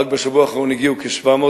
רק בשבוע האחרון הגיעו כ-700,